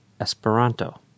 Esperanto